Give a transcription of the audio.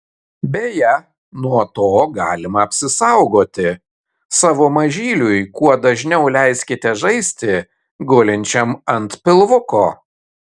beje nuo to galima apsisaugoti savo mažyliui kuo dažniau leiskite žaisti gulinčiam ant pilvuko